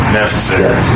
necessary